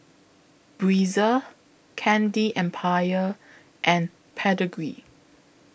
Breezer Candy Empire and Pedigree